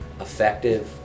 effective